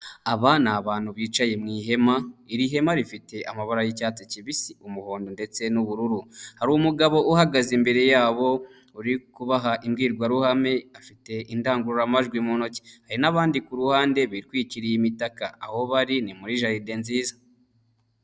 Aba ni abantu bicaye mu ihema iri hema rifite amabara y'icyatsi kibisi umuhondo ndetse n'ubururu hari umugabo uhagaze imbere yabo uri kubaha imbwirwaruhame afite indangururamajwi mu ntoki hari n'abandi ku ruhande bitwikiriye imitaka aho bari ni muri jaride nziza.